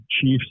Chiefs